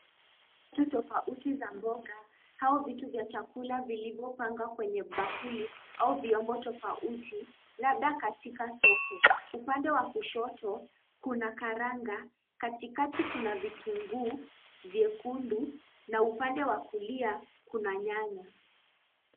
Vitu tofauti za mboga au vitu vya chakula vilivyopangwa kwenye bakuli au vyombo tofauti, labda katika soko. Upande wa kushoto kuna karanga, katikati kuna vitunguu vyekundu na upande wa kulia kuna nyanya.